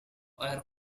were